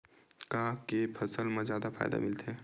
का के फसल मा जादा फ़ायदा मिलथे?